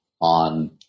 on